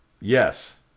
Yes